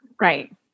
Right